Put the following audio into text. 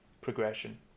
progression